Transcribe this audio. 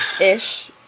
Ish